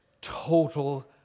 total